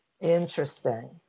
Interesting